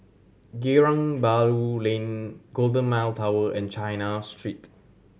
Geylang Bahru Lane Golden Mile Tower and China Street